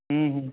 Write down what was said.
हँ हँ